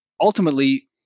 ultimately